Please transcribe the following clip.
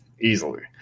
easily